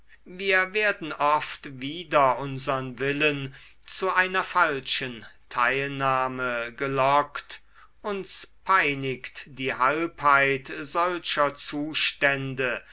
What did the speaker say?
wir werden oft wider unsern willen zu einer falschen teilnahme gelockt uns peinigt die halbheit solcher zustände